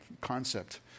concept